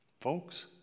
Folks